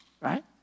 right